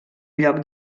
lloc